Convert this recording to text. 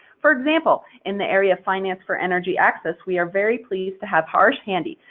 for example, in the area of finance for energy access we are very pleased to have harish hande,